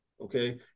okay